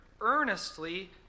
earnestly